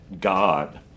God